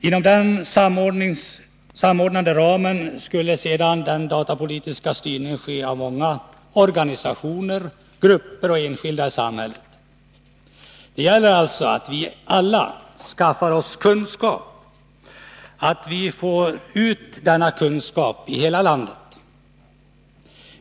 Inom den ramen skall sedan den datapolitiska styrningen ske av många organisationer, grupper och enskilda i samhället. Det gäller alltså för oss alla att skaffa oss kunskap och att få ut denna kunskap i hela landet.